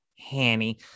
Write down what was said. Hanny